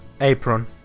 Apron